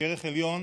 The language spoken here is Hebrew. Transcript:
כערך עליון